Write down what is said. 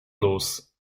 los